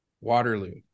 Waterloo